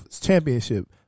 championship